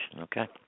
okay